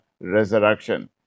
resurrection